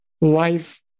life